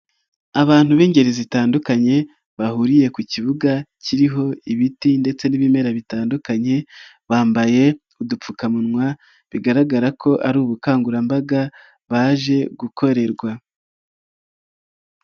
Abantu b'ingeri zitandukanye bahuriye ku kibuga kiriho ibiti ndetse n'ibimera bitandukanye bambaye udupfukamunwa bigaragara ko ari ubukangurambaga baje gukorerwa.